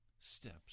steps